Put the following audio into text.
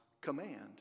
command